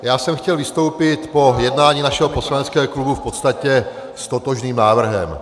Já jsem chtěl vystoupit po jednání našeho poslaneckého klubu v podstatě s totožným návrhem.